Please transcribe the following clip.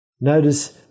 Notice